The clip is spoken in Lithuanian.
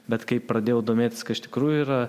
bet kai pradėjau domėtis ką iš tikrųjų yra